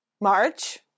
March